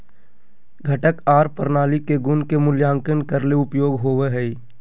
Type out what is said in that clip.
घटक आर प्रणाली के गुण के मूल्यांकन करे ले उपयोग होवई हई